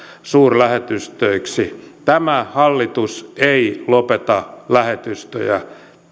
suurlähetystöiksi tämä hallitus ei lopeta lähetystöjä